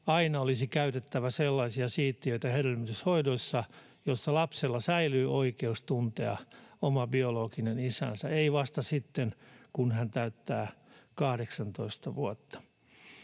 aina olisi käytettävissä hedelmöityshoidoissa sellaisia siittiöitä, jossa lapsella säilyy oikeus tuntea oma biologinen isänsä, ei vasta sitten, kun hän täyttää 18 vuotta.